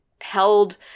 held